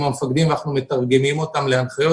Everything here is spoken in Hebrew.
המפקדים ואנחנו מתרגמים אותן להנחיות.